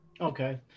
Okay